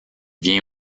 vient